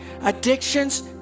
addictions